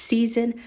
Season